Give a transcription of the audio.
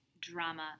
drama